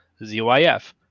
ZYF